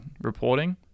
reporting